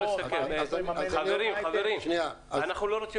אנחנו רוצים